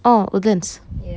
oh woodlands